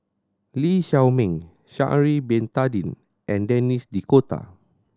Lee Shao Meng Sha'ari Bin Tadin and Denis D'Cotta